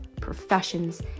professions